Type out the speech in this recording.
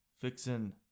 Fixing